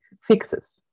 fixes